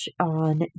on